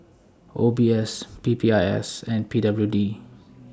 O B S P P I S and P W D